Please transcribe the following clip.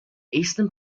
eastern